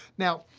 now,